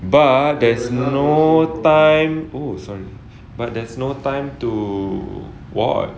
but there's no time oh sorry but there's no time to watch